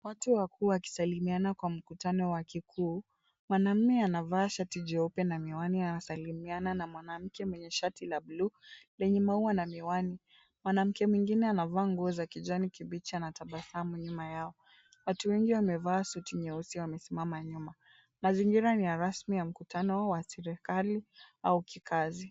Watu wakuu wakisalimiana kwa mkutano wa kikuu, mwanaume anavaa shati jeupe na miwani anasalimiana na mwanamke mwenye shati la bluu lenye maua na miwani. Mwanamke mwingine anavaa nguo za kijani kibichi anatabasamu nyuma yao. Watu wengi wamevaa suti nyeusi wamesimama nyuma. Mazingira ni ya rasmi ya mkutano wa serikali au kikazi.